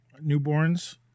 newborns